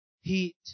Heat